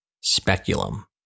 speculum